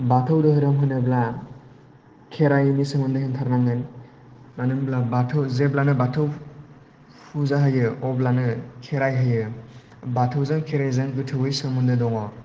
बाथौ धोरोम होनोब्ला खेराइनि सोमोन्दै होनथारनांगोन मानो होनोब्ला बाथौ जेब्लानो बाथौ फुजा होयो अब्लानो खेराइ होयो बाथौजों खेराइजों गोथौवै सोमोन्दो दङ'